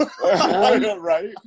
right